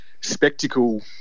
spectacle